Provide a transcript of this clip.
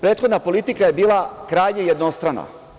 Prethodna politika je bila krajnje jednostrana.